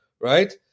right